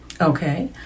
Okay